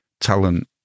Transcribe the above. talent